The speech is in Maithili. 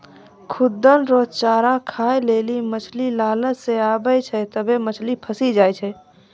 खुद्दन रो चारा खाय लेली मछली लालच से आबै छै तबै मछली फंसी जाय छै